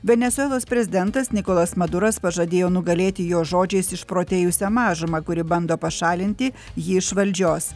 venesuelos prezidentas nikolas maduras pažadėjo nugalėti jo žodžiais išprotėjusią mažumą kuri bando pašalinti jį iš valdžios